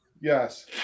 Yes